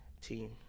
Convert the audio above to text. team